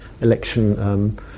election